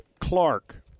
Clark